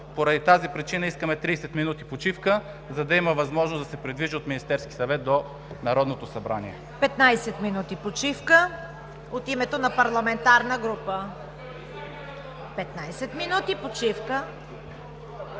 Поради тази причина искаме 30 минути почивка, за да има възможност да се придвижи от Министерския съвет до Народното събрание.